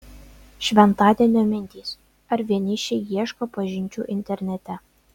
šventadienio mintys ar vienišiai ieško pažinčių internete